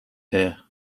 here